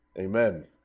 Amen